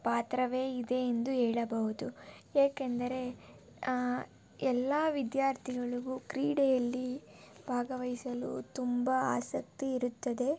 ಪಾತ್ರವೇ ಇದೆ ಎಂದು ಹೇಳಬೌದು ಏಕೆಂದರೆ ಎಲ್ಲ ವಿದ್ಯಾರ್ಥಿಗಳಿಗೂ ಕ್ರೀಡೆಯಲ್ಲಿ ಭಾಗವಹಿಸಲು ತುಂಬ ಆಸಕ್ತಿ ಇರುತ್ತದೆ